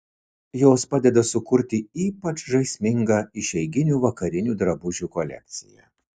jos padeda sukurti ypač žaismingą išeiginių vakarinių drabužių kolekciją